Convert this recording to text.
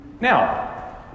Now